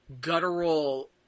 guttural